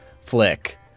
flick